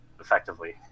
effectively